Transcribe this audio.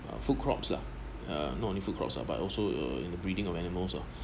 food crops lah uh not only food crops ah but also in the breeding of animals oh